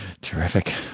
Terrific